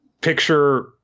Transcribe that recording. picture